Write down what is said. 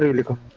local